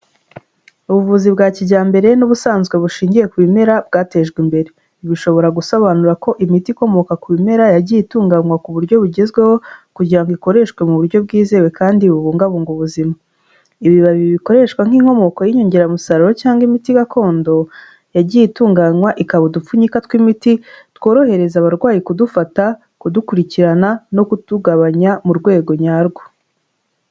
Ubuvuzi bwa kijyambere n'ubusanzwe bushingiye ku bimera bwatejwe imbere, bishobora gusobanura ko imiti ikomoka ku bimera yagiye itunganywa ku buryo bugezweho kugira ngo ikoreshwe mu buryo bwizewe kandi bubungabunga ubuzima, ibibabi bikoreshwa nk'inkomoko y'inyongeramusaruro cyangwa imiti gakondo yagiye itunganywa ikaba udupfunyika tw'imiti tworohereza abarwayi kudufata, kudukurikirana no kutugabanya mu rwego nyarwo.